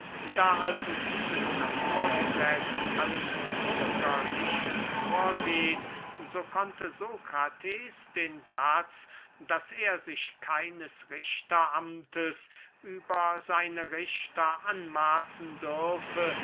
da also dieses naturgesetz allen bürgerlichen vorgeht so konnte sokrates den satz daß er sich keines richteramtes über seine richter anmaßen dürfe